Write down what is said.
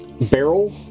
barrel